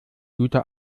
gute